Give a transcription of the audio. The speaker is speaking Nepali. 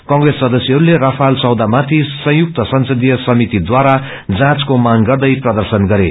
केत्रेस सदस्यहरूले रफाल सौदा माथि संयुक्त संसदीय समिति द्वारा जाँचको मांग गर्दै प्रर्दशन गरे